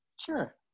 sure